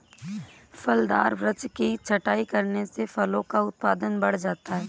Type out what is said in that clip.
फलदार वृक्ष की छटाई करने से फलों का उत्पादन बढ़ जाता है